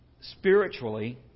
spiritually